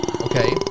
Okay